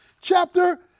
chapter